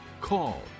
Call